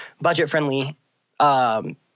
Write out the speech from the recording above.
budget-friendly